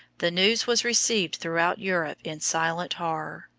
the news was received throughout europe in silent horror.